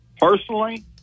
Personally